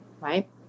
right